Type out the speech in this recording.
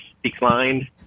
Declined